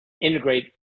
integrate